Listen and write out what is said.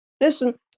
Listen